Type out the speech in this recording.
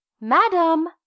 Madam